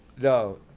No